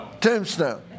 Tombstone